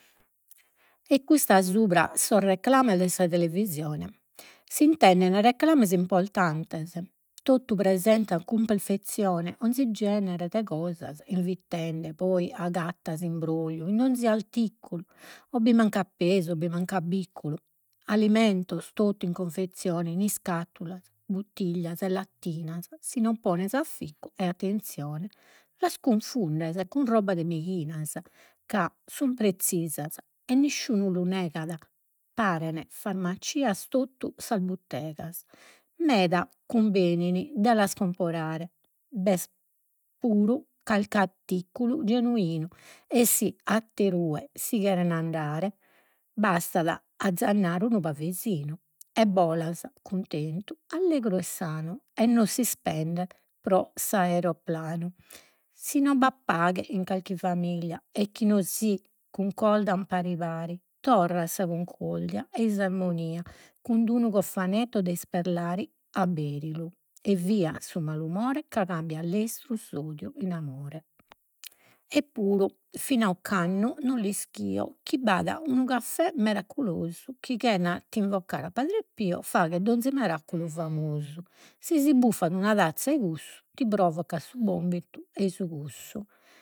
E custa subra sos reclames de sa televisione. S'intenden reclames importantes, tutu presentan cun perfezzione, 'onzi genere de cosas invitende, poi agattas imbrogliu in donzi articulu o bi mancat pesu, o bi mancat. Alimentos totu in confezione in iscattulas, buttiglias e lattinas si no pones afficcu e attenzione, las cunfundes cun roba de meighinas, ca sun prezzisas, e nisciunu lu negat parene farmacias totu sas buttegas. Meda cumbenin de las comporare, b'est calchi genuinu, e si atter'ue si cheren andare, bastat azzannare unu e bolas cuntentu, allegru e sanu, e no s'ispendet pro s'aereoplanu. Si no b'at paghe in calchi familia e chi no si cuncordan pari pari, torrat sa cuncordia ei s'armonia cun d'unu cofanetto de Isperlari, abberilu, e via su malumore, ca cambiat lestru s'odiu in amore. Eppuru fin'a ocannu non l'ischio chi b'at unu caffè meraculosu, chi chena t'invocare a Padre Pio, faghet donzi meraculu famosu, si buffat una tazza 'e cussu ti provocat su bombitu e su cussu.